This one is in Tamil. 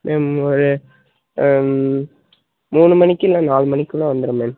மேம் ஒரு மூணு மணிக்கு இல்லை நாலு மணிக்குள்ளே வந்துடறேன் மேம்